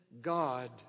God